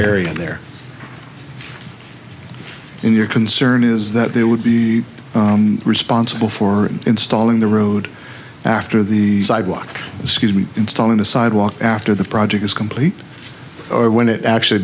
area there in your concern is that there would be responsible for installing the road after the sidewalk excuse me installing the sidewalk after the project is complete or when it actually